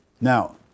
Now